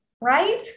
right